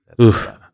Oof